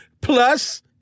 Plus